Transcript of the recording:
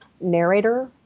narrator